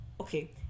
okay